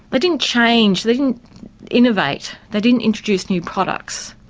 but didn't change, they didn't innovate. they didn't introduce new products.